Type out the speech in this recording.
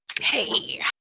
Hey